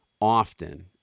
often